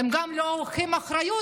הם גם לא לוקחים אחריות,